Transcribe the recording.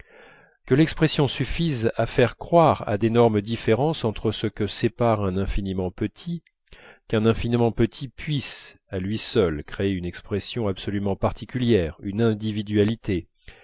que l'expression suffise à faire croire à d'énormes différences entre ce que sépare un infiniment petit qu'un infiniment petit puisse à lui seul créer une expression absolument particulière une individualité